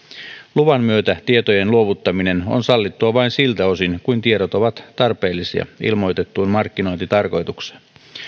luvan myötä tietojen luovuttaminen on sallittua vain siltä osin kuin tiedot ovat tarpeellisia ilmoitettuun markkinointitarkoitukseen